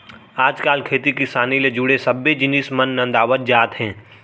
आज काल खेती किसानी ले जुड़े सब्बे जिनिस मन नंदावत जात हें